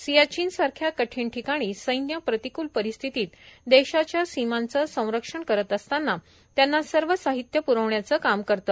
सियाचीन सारख्या कठीण ठिकाणी सैन्य प्रतिकूल परिस्थितीत देशाच्या सीमांचे सरंक्षण करत असताना त्यांना सर्व साहित्य प्रवण्याच काम करते